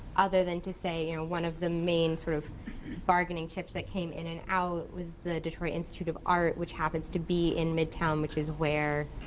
other than to say, you know one of the main sort of bargaining chips that came in and out was the detroit institute of art, which happens to be in midtown, which is where,